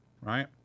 right